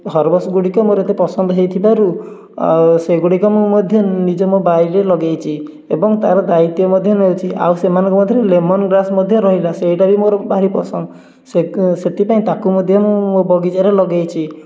ହର୍ବସଗୁଡ଼ିକ ମୋର ଏତେ ପସନ୍ଦ ହେଇଥିବାରୁ ସେଗୁଡ଼ିକ ମୁଁ ମଧ୍ୟ ନିଜ ବାରିରେ ଲଗେଇଛି ଏବଂ ତାର ଦାୟିତ୍ୱ ମଧ୍ୟ ନେଉଛି ଆଉ ସେମାନଙ୍କ ମଧ୍ୟରେ ଲେମନ୍ ଗ୍ରାସ ମଧ୍ୟ ରହିଲା ସେଇଟା ବି ମୋର ଭାରି ପସନ୍ଦ ସେ ସେଥି ପାଇଁ ତାକୁ ମଧ୍ୟ ମୁଁ ମୋ ବଗିଚାରେ ଲଗେଇଛି